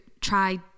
try